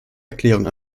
erklärung